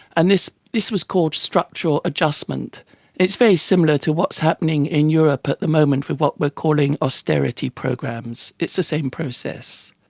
and this this was called structural adjustment, and it's very similar to what is happening in europe at the moment with what we are calling austerity programs, it's the same process.